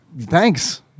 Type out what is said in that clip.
Thanks